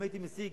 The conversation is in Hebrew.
אם הייתי משיג,